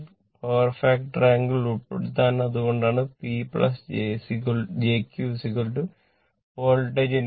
power factor